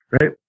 right